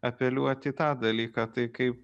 apeliuoti į tą dalyką tai kaip